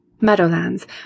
Meadowlands